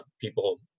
people